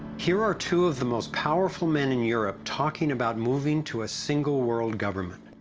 here are two of the most powerful men in europe, talking about moving to a single world government.